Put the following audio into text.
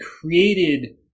created